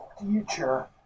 future